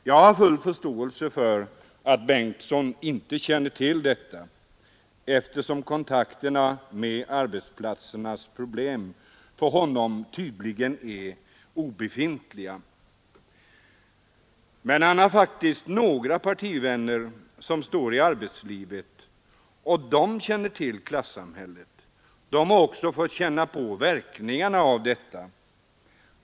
Jag har full förståelse för att herr Bengtson inte känner till detta, eftersom kontakterna med arbetsplatsernas problem för honom tydligen är obefintliga. Men han har faktiskt några partivänner som står i arbetslivet, och de känner till klassamhället. De har också fått känna på verkningarna av detta.